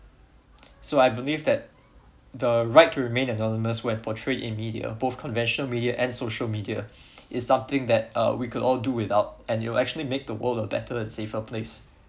so I believe that the right to remain anonymous when portrayed in media both conventional media and social media is something that uh we could all do without and you'll actually make the world a better and safer place